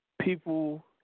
People